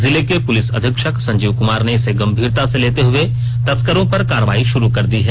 जिले के पुलिस अधीक्षक संजीव कुमार ने इसे गंभीरता से लेते हुए तस्करों पर कार्रवाई शुरू कर दी है